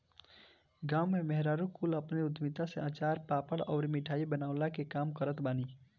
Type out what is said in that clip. गांव में मेहरारू कुल अपनी उद्यमिता से अचार, पापड़ अउरी मिठाई बनवला के काम करत बानी